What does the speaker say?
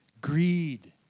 Greed